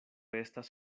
estas